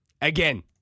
Again